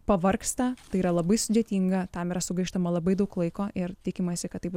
pavargsta tai yra labai sudėtinga tam yra sugaištama labai daug laiko ir tikimasi kad tai bus